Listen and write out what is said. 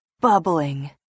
Bubbling